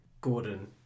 Gordon